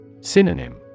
Synonym